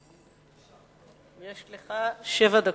יש לך שבע דקות.